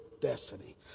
destiny